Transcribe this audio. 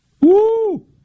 Woo